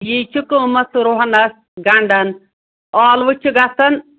یی چھِ قۭمَتھ رۄہَنَس گَنٛڈَن ٲلوٕ چھِ گژھان